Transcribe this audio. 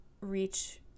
reach